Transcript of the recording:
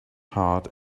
heart